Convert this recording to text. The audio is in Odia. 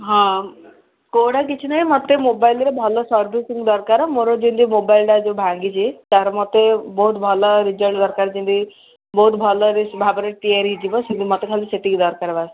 ହଁ କେଉଁଟା କିଛି ନାହିଁ ମୋତେ ମୋବାଇଲ୍ର ଭଲ ସର୍ଭିସିଙ୍ଗ୍ ଦରକାର ମୋର ଯେମିତି ମୋବାଇଲ୍ଟା ଯେଉଁ ଭାଙ୍ଗିଛି ତା'ର ମୋତେ ବହୁତ ଭଲ ରେଜଲ୍ଟ ଦରକାର ଯେମିତି ବହୁତ ଭଲ ଭାବରେ ତିଆରି ହୋଇଥିବ ମୋତେ ଖାଲି ସେତିକି ଦରକାର ବାସ୍